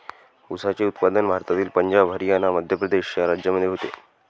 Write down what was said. ऊसाचे उत्पादन भारतातील पंजाब हरियाणा मध्य प्रदेश या राज्यांमध्ये होते